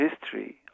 history